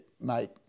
mate